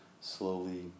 slowly